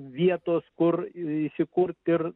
vietos kur įsikurt ir